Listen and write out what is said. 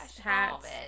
hats